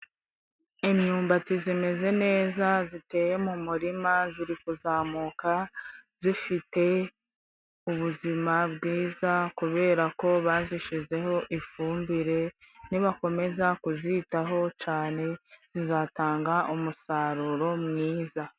Imyumbati zimeze neza ziteye mu murima, ziri kuzamuka zifite ubuzima bwiza kubera ko bazishizeho ifumbire ni bakomeza kuzitaho cyane zizatanga umusaruro mwiza.